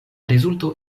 rezulto